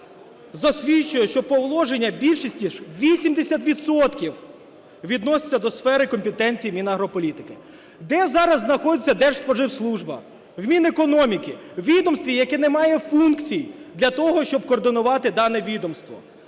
засвідчує, що повноваження в більшості – 80 відсотків – відносяться до сфери компетенції Мінагрополітики. Де зараз знаходиться Держспоживслужба? В Мінекономіки, у відомстві, яке не має функцій для того, щоб координувати дане відомство.